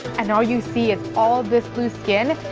and all you see is all this loose skin.